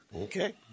Okay